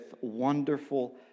Wonderful